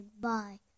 bye